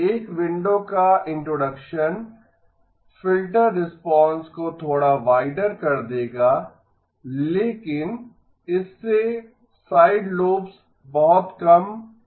एक विंडो का introduction filter response को थोडा वाइडर कर देगा लेकिन इससे साइड लोब्स बहुत कम हो जाएंगे